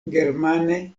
germane